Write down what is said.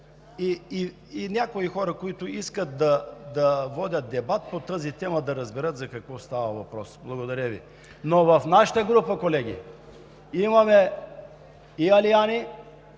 и някои хора, които искат да водят дебат по тази тема, да разберат за какво става въпрос. В нашата група, колеги, имаме и алиани,